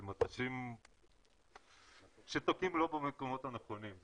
על מטושים שתוקעים לא במקומות הנכונים.